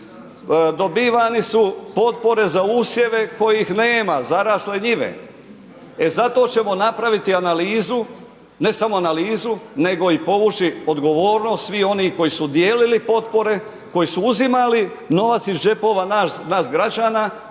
Dobivane su potpore za usjeve kojih nema, zarasle njive. E zato ćemo napraviti analizu, ne samo analizu nego i povući odgovornost svih onih koji su dijelili potpore, koji su uzimali novac iz džepova nas građana